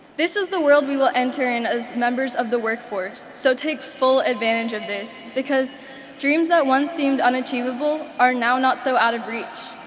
this is the world we will enter in as members of the workforce so take full advantage of this, because dreams that once seemed unachievable are now not so out of reach.